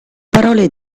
parole